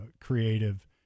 creative